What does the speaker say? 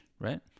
right